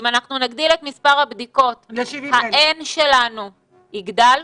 אם נגדיל את מספר הבדיקות, ה-N שלנו יגדל?